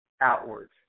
outwards